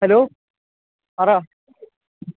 hello പറ